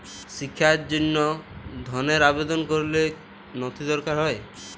শিক্ষার জন্য ধনের আবেদন করলে কী নথি দরকার হয়?